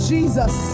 Jesus